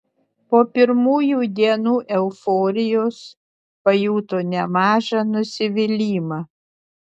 po pirmųjų dienų euforijos pajuto nemažą nusivylimą